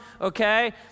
okay